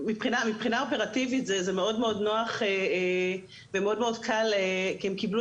מבחינה אופרטיבית זה מאוד נוח ומאוד קל כי הם קיבלו